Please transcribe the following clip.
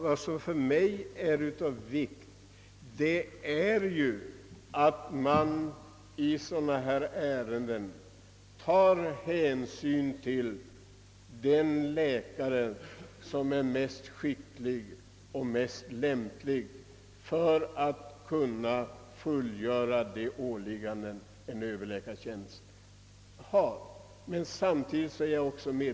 Vad som enligt min uppfattning är av vikt i detta sammanhang är att hänsyn tas till vilken läkare som är skickligast och mest lämpad att fullgöra de åligganden en överläkartjänst medför.